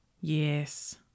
yes